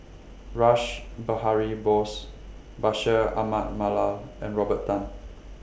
Rash Behari Bose Bashir Ahmad Mallal and Robert Tan